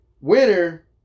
Winner